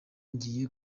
ngiye